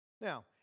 Now